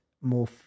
more